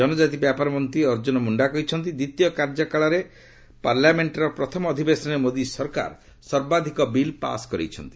ଜନଜାତି ବ୍ୟାପାର ମନ୍ତ୍ରୀ ଅର୍ଜ୍ଜୁନ ମୁଣ୍ଡା କହିଛନ୍ତି ଦ୍ୱିତୀୟ କାର୍ଯ୍ୟକାଳର ପାର୍ଲାମେଣ୍ଟର ପ୍ରଥମ ଅଧିବେଶନରେ ମୋଦୀ ସରକାର ସର୍ବାଧିକ ବିଲ୍ ପାଶ୍ କରାଇଛନ୍ତି